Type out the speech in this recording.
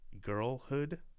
Girlhood